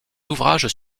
ouvrages